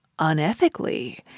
unethically